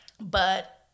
But-